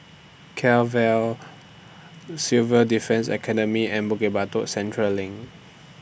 Kent Vale Civil Defence Academy and Bukit Batok Central LINK